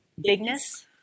bigness